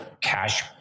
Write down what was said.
cash